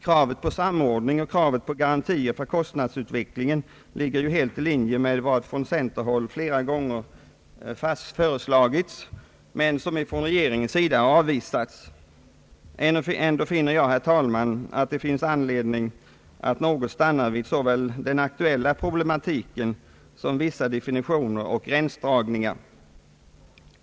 Kravet på samordning och kravet på garantier för kostnadsutvecklingen ligger ju också i linje med vad som från centerhåll flera gånger föreslagits, men som från regeringens sida avvisats. Ändå finner jag, herr talman, att det finns anledning att ett ögonblick stanna vid såväl den aktuella problematiken som vissa definitioner och gränsdragningar.